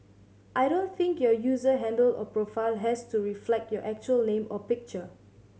I don't think your user handle or profile has to reflect your actual name or picture